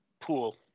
pool